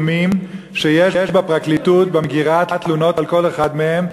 כי הם קיבלו איומים שיש בפרקליטות במגירה תלונות על כל אחד מהם,